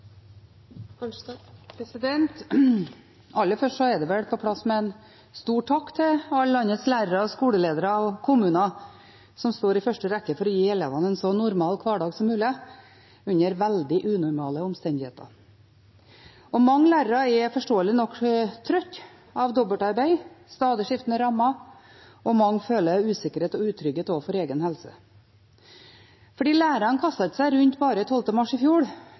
det på sin plass med en stor takk til alle landets lærere, skoleledere og kommuner, som står i første rekke for å gi elevene en så normal hverdag som mulig under veldig unormale omstendigheter. Mange lærere er forståelig nok trøtte av dobbeltarbeid og stadig skiftende rammer, og mange føler usikkerhet og utrygghet for egen helse. For lærerne kastet seg ikke rundt bare 12. mars i fjor,